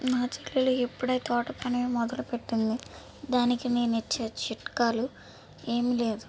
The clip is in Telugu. మా చెల్లి ఇప్పుడే తోట పని మొదలు పెట్టింది దానికి నేను ఇచ్చే చిట్కాలు ఏం లేవు